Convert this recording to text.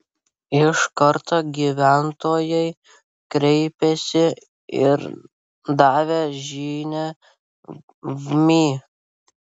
iš karto gyventojai kreipėsi ir davė žinią vmi